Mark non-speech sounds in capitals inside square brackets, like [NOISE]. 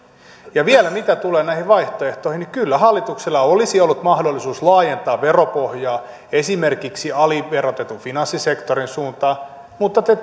vielä mitä tulee näihin vaihtoehtoihin niin kyllä hallituksella olisi ollut mahdollisuus laajentaa veropohjaa esimerkiksi aliverotetun finanssisektorin suuntaan mutta te [UNINTELLIGIBLE]